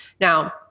Now